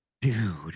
dude